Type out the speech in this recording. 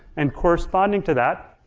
and corresponding to that,